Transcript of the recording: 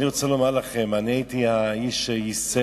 אני רוצה לומר לכם שאני הייתי האיש שייסד,